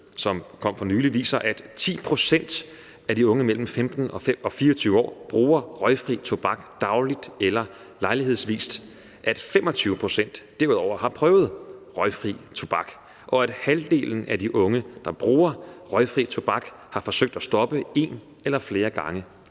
som kom for nylig, viser, at 10 pct. af de unge mellem 15 og 24 år bruger røgfri tobak dagligt eller lejlighedsvis, at 25 pct. derudover har prøvet røgfri tobak, og at halvdelen af de unge, der bruger røgfri tobak, har forsøgt at stoppe en eller flere gange